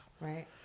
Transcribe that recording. Right